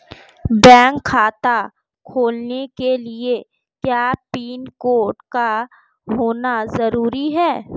Bank खाता खोलने के लिए क्या पैन कार्ड का होना ज़रूरी है?